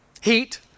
heat